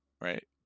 Right